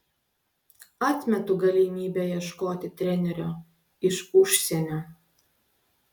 atmetu galimybę ieškoti trenerio iš užsienio